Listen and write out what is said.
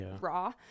raw